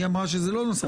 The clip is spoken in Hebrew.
היא אמרה שזה לא נושא חדש.